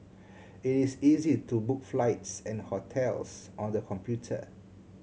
it is easy to book flights and hotels on the computer